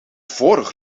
vorig